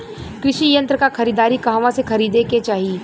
कृषि यंत्र क खरीदारी कहवा से खरीदे के चाही?